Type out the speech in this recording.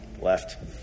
left